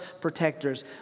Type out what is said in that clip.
protectors